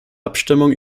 abstimmung